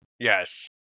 Yes